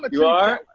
but you are?